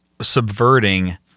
subverting